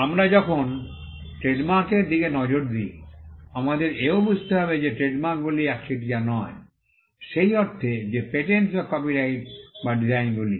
আমরা যখন ট্রেডমার্কের দিকে নজর দিই আমাদের এও বুঝতে হবে যে ট্রেডমার্কগুলি একচেটিয়া নয় সেই অর্থে যে পেটেন্টস বা কপিরাইট বা ডিজাইনগুলি